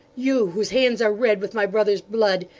you, whose hands are red with my brother's blood,